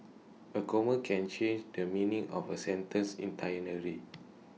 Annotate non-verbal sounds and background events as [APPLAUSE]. A comma can change the meaning of A sentence [UNINTELLIGIBLE]